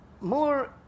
more